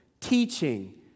Teaching